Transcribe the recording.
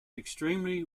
extremely